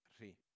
ri